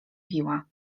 biła